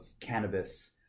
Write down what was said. cannabis